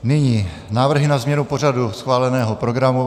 Nyní návrhy na změnu pořadu schváleného programu.